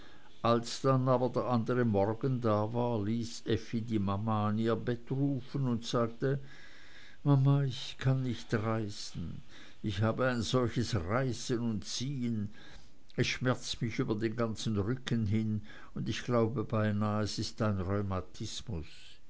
als dann aber der andere morgen da war ließ effi die mama an ihr bett rufen und sagte mama ich kann nicht reisen ich habe ein solches reißen und ziehen es schmerzt mich über den ganzen rücken hin und ich glaube beinah es ist ein